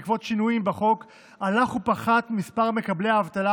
בעקבות שינויים בחוק הלך ופחת מספר מקבלי האבטלה